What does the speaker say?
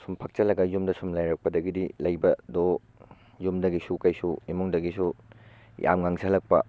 ꯁꯨꯝ ꯐꯛꯆꯤꯜꯂꯒ ꯌꯨꯝꯗ ꯁꯨꯝ ꯂꯩꯔꯛꯄꯗꯒꯤꯗꯤ ꯂꯩꯕꯗꯣ ꯌꯨꯝꯗꯒꯤꯁꯨ ꯀꯩꯁꯨ ꯏꯃꯨꯡꯗꯒꯤꯁꯨ ꯌꯥꯝ ꯉꯥꯡꯁꯤꯜꯂꯛꯄ